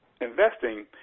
investing